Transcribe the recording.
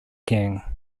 king